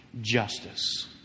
justice